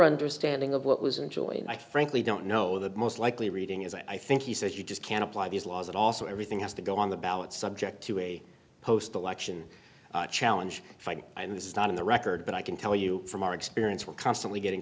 understanding of what was enjoyed i frankly don't know the most likely reading as i think he said you just can't apply these laws at all so everything has to go on the ballot subject to a post election challenge and this is not in the record but i can tell you from our experience we're constantly getting